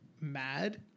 mad